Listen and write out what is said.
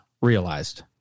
realized